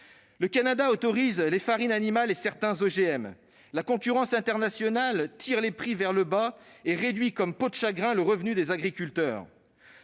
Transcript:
Le Canada autorise les farines animales et certains OGM ; la concurrence internationale tire les prix vers le bas et réduit, comme une peau de chagrin, le revenu des agriculteurs